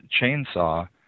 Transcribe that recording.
Chainsaw